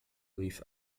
leaf